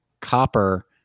copper